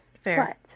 fair